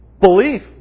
belief